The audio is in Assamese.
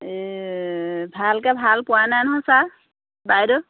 ভালকৈ ভাল পোৱাই নহয় ছাৰ বাইদেউ